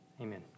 amen